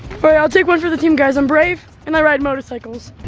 alright, i'll take one for the team guys. i'm brave and i ride motorcycles.